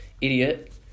Idiot